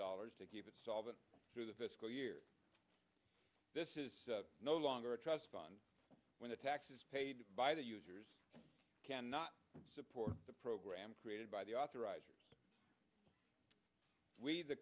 dollars to keep it solvent through the fiscal year this is no longer a trust fund when the taxes paid by the users cannot support the program created by the authorized we the